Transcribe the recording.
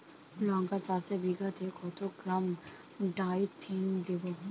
লঙ্কা চাষে বিঘাতে কত গ্রাম ডাইথেন দেবো?